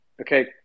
okay